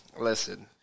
Listen